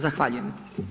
Zahvaljujem.